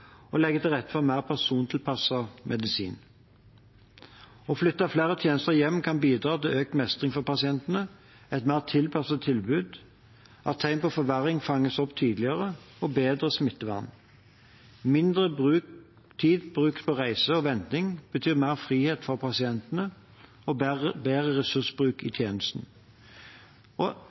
og legge til rette for mer persontilpasset medisin. Å flytte flere tjenester hjem kan bidra til økt mestring for pasientene, et mer tilpasset tilbud, at tegn på forverring fanges opp tidligere, og bedre smittevern. Mindre tid brukt på reise og venting betyr mer frihet for pasientene og bedre ressursbruk i tjenesten.